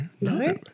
No